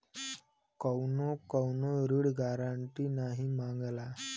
कउनो कउनो ऋण गारन्टी नाही मांगला